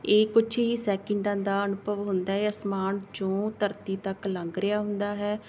ਇਹ ਕੁਛ ਹੀ ਸੈਕਿੰਡਾਂ ਦਾ ਅਨੁਭਵ ਹੁੰਦਾ ਹੈ ਇਹ ਅਸਮਾਨ 'ਚੋਂ ਧਰਤੀ ਤੱਕ ਲੰਘ ਰਿਹਾ ਹੁੰਦਾ ਹੈ